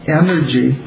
energy